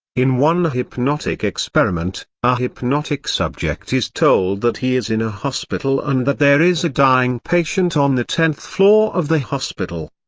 in one hypnotic experiment, a hypnotic subject is told that he is in a hospital and that there is a dying patient on the tenth floor of the hospital.